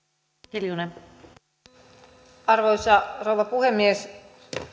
arvoisa rouva puhemies